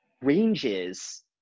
ranges